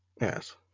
yes